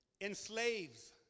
enslaves